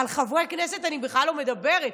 על חברי כנסת אני בכלל לא מדברת.